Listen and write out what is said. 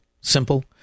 Simple